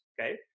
okay